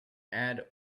add